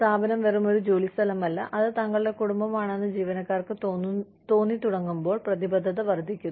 സ്ഥാപനം വെറുമൊരു ജോലിസ്ഥലമല്ല അത് തങ്ങളുടെ കുടുംബമാണെന്ന് ജീവനക്കാർക്ക് തോന്നിത്തുടങ്ങുമ്പോൾ പ്രതിബദ്ധത വർദ്ധിക്കുന്നു